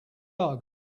bug